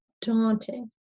daunting